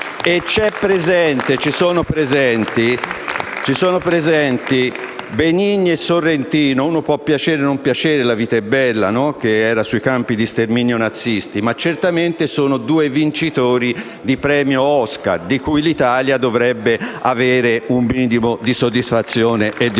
Sono presenti Benigni e Sorrentino: a qualcuno può piacere o non piacere il film «La vita è bella», che trattava dei campi di sterminio nazisti, ma certamente sono due vincitori di premio Oscar per i quali l'Italia dovrebbe provare un minimo di soddisfazione e di orgoglio.